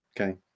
Okay